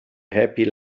happy